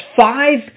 five